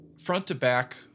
front-to-back